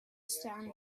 sand